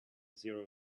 zero